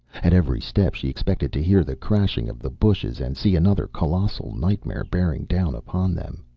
at every step she expected to hear the crashing of the bushes and see another colossal nightmare bearing down upon them.